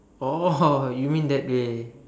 orh you mean that way